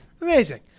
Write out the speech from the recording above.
Amazing